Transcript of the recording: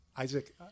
isaac